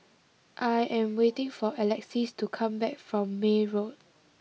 I am waiting for Alexys to come back from May Road